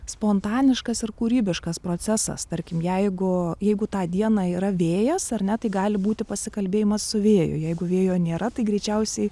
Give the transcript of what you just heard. spontaniškas ir kūrybiškas procesas tarkim jeigu jeigu tą dieną yra vėjas ar ne tai gali būti pasikalbėjimas su vėju jeigu vėjo nėra tai greičiausiai